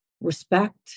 respect